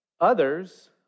Others